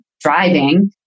driving